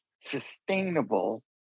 sustainable